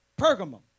Pergamum